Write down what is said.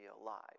alive